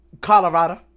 Colorado